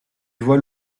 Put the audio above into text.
voit